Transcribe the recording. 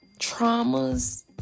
traumas